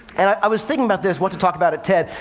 and i was thinking about this, what to talk about at ted.